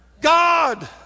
God